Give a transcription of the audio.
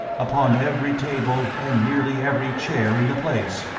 upon every table and nearly every chair in the place.